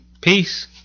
Peace